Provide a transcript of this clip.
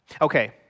Okay